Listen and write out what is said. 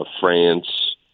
France